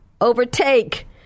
overtake